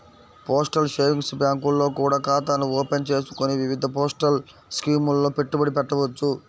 postal savings బ్యాంకుల్లో కూడా ఖాతాను ఓపెన్ చేసుకొని వివిధ పోస్టల్ స్కీముల్లో పెట్టుబడి పెట్టవచ్చు